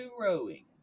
rowing